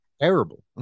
terrible